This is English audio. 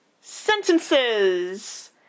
sentences